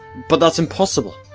but that's impossible.